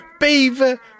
beaver